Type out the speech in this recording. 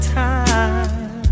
time